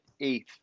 eighth